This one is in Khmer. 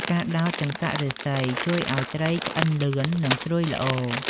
ការដោតចង្កាក់ឫស្សី ជួយឲ្យត្រីឆ្អិនលឿន និងស្រួយល្អ។